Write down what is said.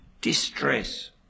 distress